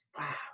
Wow